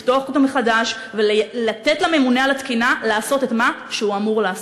לפתוח אותו מחדש ולתת לממונה על התקינה לעשות את מה שהוא אמור לעשות.